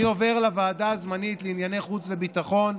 אני עובר לוועדה הזמנית לענייני חוץ וביטחון.